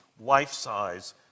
life-size